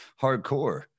hardcore